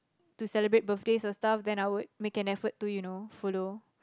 to celebrate birthdays or stuff then I would make an effort to you know follow